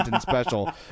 special